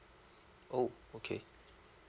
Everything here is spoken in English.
oh okay